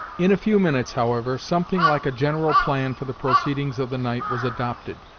in a few minutes, however, something like a general plan for the proceedings of the night was adopted,